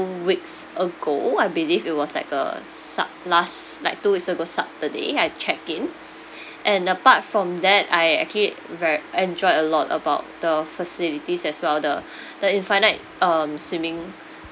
two weeks ago I believe it was like a sat~ last like two weeks ago saturday I've checked in and apart from that I actually ver~ enjoy a lot about the facilities as well the the infinite um swimming